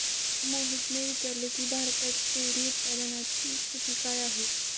मोहितने विचारले की, भारतात डेअरी उत्पादनाची स्थिती काय आहे?